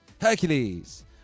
Hercules